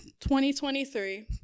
2023